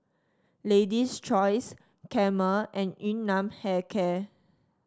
Lady's Choice Camel and Yun Nam Hair Care